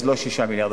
אז לא 6 מיליארד,